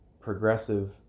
progressive